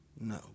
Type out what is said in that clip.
no